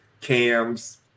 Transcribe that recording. cams